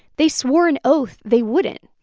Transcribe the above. they swore an oath they wouldn't.